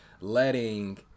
letting